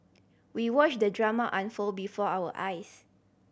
we watched the drama unfold before our eyes